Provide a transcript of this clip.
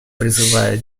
призываю